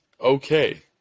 Okay